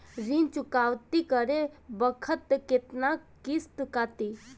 ऋण चुकौती करे बखत केतना किस्त कटी?